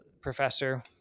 professor